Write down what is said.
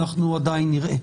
אנחנו נראה.